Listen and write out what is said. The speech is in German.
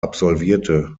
absolvierte